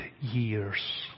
Years